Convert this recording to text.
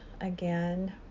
again